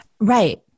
Right